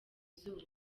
izuba